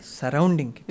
surrounding